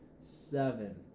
seven